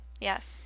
Yes